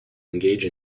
engage